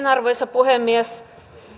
arvoisa puhemies